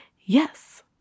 yes